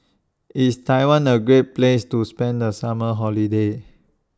IS Taiwan A Great Place to spend The Summer Holiday